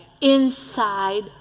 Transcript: inside